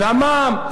והמע"מ.